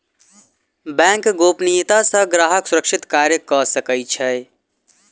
bank गोपनियता सॅ ग्राहक सुरक्षित कार्य कअ सकै छै